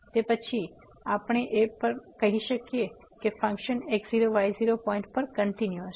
તે પછી આપણે એ પણ કહી શકીએ કે ફંક્શન x0 y0 પોઈન્ટ પર કંટીન્યુઅસ છે